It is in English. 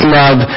love